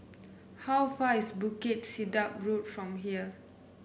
how far is Bukit Sedap Road from here